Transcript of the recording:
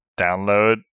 download